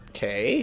Okay